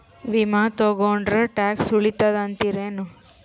ವಿಮಾ ತೊಗೊಂಡ್ರ ಟ್ಯಾಕ್ಸ ಉಳಿತದ ಅಂತಿರೇನು?